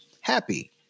happy